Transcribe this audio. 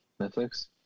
Netflix